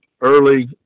early